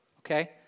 okay